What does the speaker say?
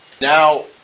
Now